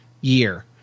year